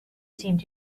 seemed